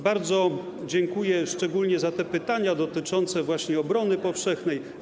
Bardzo dziękuję szczególnie za pytania dotyczące właśnie obrony powszechnej.